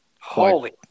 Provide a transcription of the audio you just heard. Holy